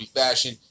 fashion